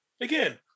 again